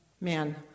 man